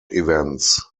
events